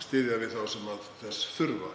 styðja við þá sem þess þurfa,